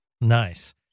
nice